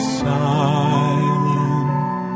silent